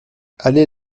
allée